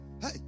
hey